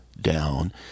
down